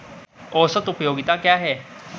औसत उपयोगिता क्या है?